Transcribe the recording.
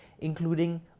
including